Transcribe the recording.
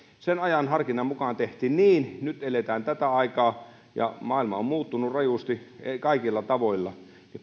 sen ajan harkinnan mukaan tehtiin niin nyt eletään tätä aikaa ja maailma on muuttunut rajusti kaikilla tavoilla